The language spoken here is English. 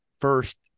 first